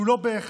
שהוא לא בהכרח